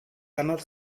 cannot